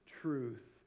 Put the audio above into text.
truth